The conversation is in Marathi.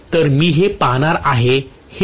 तर मी हे पाहणार आहे की हे 2 I होणार आहे